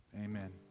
Amen